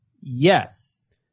Yes